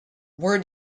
where